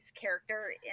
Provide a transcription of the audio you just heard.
character